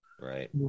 Right